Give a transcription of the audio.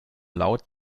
laut